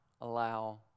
allow